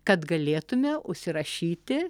kad galėtume užsirašyti